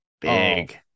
big